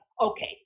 Okay